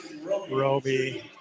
Roby